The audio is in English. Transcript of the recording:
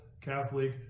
Catholic